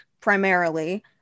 primarily